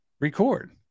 record